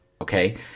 okay